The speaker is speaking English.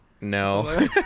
no